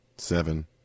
Seven